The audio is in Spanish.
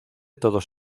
todos